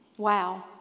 Wow